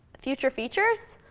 future features,